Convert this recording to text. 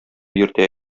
йөртә